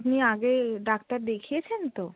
আপনি আগে ডাক্তার দেখিয়েছেন তো